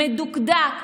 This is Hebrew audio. מדוקדק,